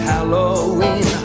Halloween